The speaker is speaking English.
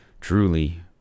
truly